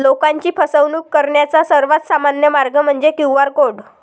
लोकांची फसवणूक करण्याचा सर्वात सामान्य मार्ग म्हणजे क्यू.आर कोड